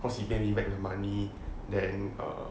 cause he pay me back the money then err